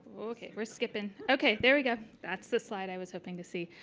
okay. we're skipping. okay. there we go. that's the slide i was hoping to see.